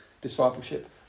discipleship